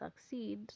succeed